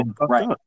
right